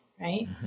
right